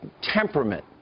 temperament